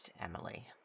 Emily